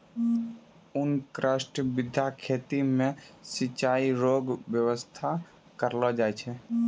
उष्णकटिबंधीय खेती मे सिचाई रो व्यवस्था करलो जाय छै